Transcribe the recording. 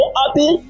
happy